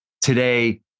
today